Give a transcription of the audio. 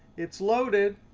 it's loaded.